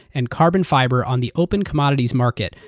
and carbon fiber on the open commodities market,